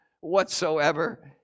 whatsoever